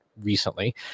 recently